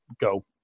go